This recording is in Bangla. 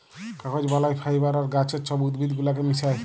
কাগজ বালায় ফাইবার আর গাহাচের ছব উদ্ভিদ গুলাকে মিশাঁয়